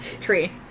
tree